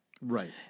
Right